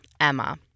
Emma